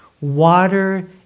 water